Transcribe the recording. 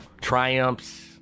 triumphs